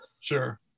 Sure